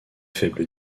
faible